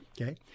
Okay